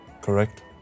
Correct